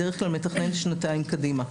בדרך כלל מתכנן שנתיים קדימה.